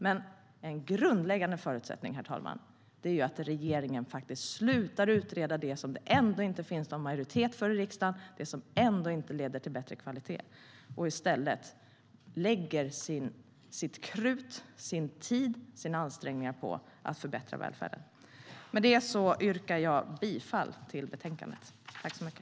Men en grundläggande förutsättning, herr talman, är att regeringen slutar utreda det som det ändå inte finns någon majoritet för i riksdagen och som ändå inte leder till bättre kvalitet och i stället lägger sitt krut, sin tid och sina ansträngningar på att förbättra välfärden. Jag yrkar bifall till förslaget i betänkandet.